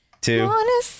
two